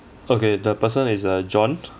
okay the person is uh john